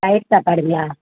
தயிர் சாப்பாடுங்களா